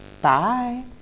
Bye